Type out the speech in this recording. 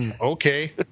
okay